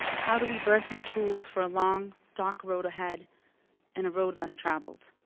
how do we birth new tools for a long, dark road ahead and a road less traveled?